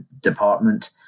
department